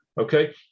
Okay